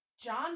John